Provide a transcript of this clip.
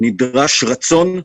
נדרש רצון,